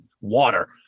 water